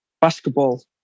basketball